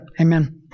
amen